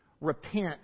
repent